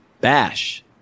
Bash